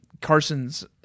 Carson's